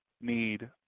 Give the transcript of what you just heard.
need